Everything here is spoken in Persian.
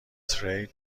تریل